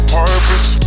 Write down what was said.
purpose